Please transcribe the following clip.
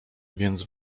więc